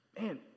Man